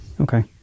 Okay